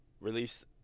released